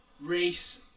race